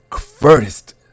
first